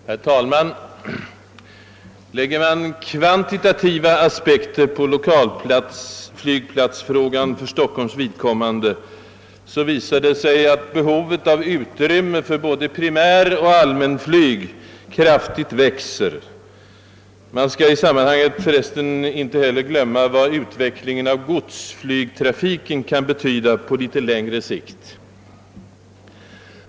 Herr talman! Lägger man kvantitativa aspekter på frågan om lokalflygplats för Stockholms vidkommande visar det sig att behovet av utrymme både för primäroch allmänflyg kraftigt växer. Man skall i det sammanhanget för resten inte heller glömma vad utvecklingen av godsflygtrafiken kan betyda på litet längre sikt.